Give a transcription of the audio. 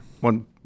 one